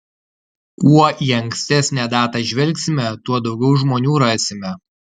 kuo į ankstesnę datą žvelgsime tuo daugiau žmonių rasime